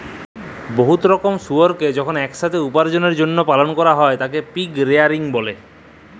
বহুত রকমের শুয়রকে যখল ইকসাথে উপার্জলের জ্যলহে পালল ক্যরা হ্যয় তাকে পিগ রেয়ারিং ব্যলে